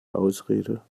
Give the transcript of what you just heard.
ausrede